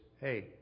Hey